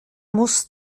muss